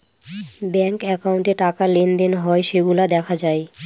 bank একাউন্টে টাকা লেনদেন হয় সেইগুলা দেখা যায়